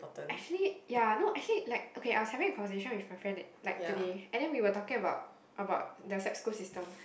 actually ya no actually like okay I was having a conversation with my friend that like today and then we were talking about about the sap school system